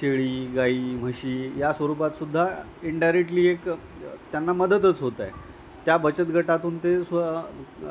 शेळी गाई म्हशी या स्वरूपातसुद्धा इंडायरेक्टली एक त्यांना मदतच होत आहे त्या बचत गटातून ते स्व